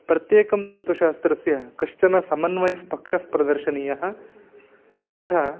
प्रत्येकं तत्वशास्त्रस्य कश्चनः समन्वयः पक्षः प्रदर्शनीयः अन्यथा